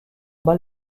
bal